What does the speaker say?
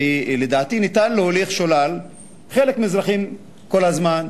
ולדעתי אפשר להוליך שולל חלק מהאזרחים כל הזמן,